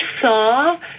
saw